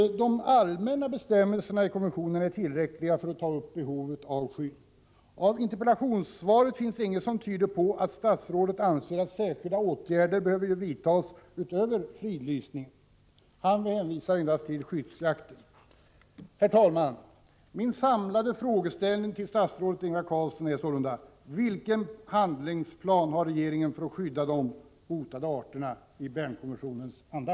De allmänna bestämmelserna i konventionen är tillräckliga för att ta upp behovet av skydd. I interpellationssvaret finns inget som tyder på att statsrådet anser att särskilda åtgärder behöver vidtas utöver fridlysning. Han hänvisar endast till skyddsjakten. Herr talman! Min samlade frågeställning till statsrådet Ingvar Carlsson är sålunda: Vilken handlingsplan har regeringen för att skydda de hotade arterna i Bernkonventionens anda?